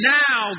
now